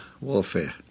warfare